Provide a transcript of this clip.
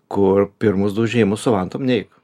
kur pirmus du užėmus su vantom neik